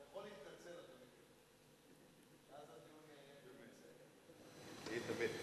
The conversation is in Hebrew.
אתה יכול להתנצל, היית מת.